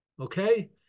okay